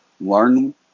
Learn